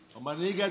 הלוי,